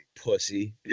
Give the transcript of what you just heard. pussy